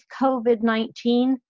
COVID-19